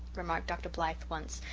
remarked dr. blythe once,